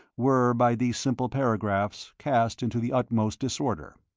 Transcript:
were, by these simple paragraphs, cast into the utmost disorder.